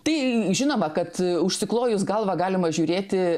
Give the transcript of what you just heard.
tai žinoma kad užsiklojus galvą galima žiūrėti